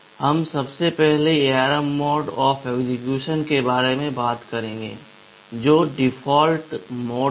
हम सबसे पहले ARM मोड ऑफ एक्जीक्यूशन के बारे में बात करते हैं जो डिफ़ॉल्ट मोड है